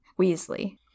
Weasley